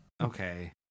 Okay